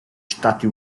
stati